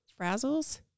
frazzles